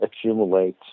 accumulate